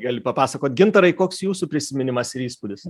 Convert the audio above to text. gali papasakot gintarai koks jūsų prisiminimas ir įspūdis